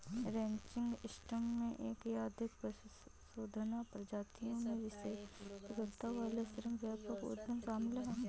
ranching system में एक या अधिक पशुधन प्रजातियों में विशेषज्ञता वाले श्रम व्यापक उद्यम शामिल हैं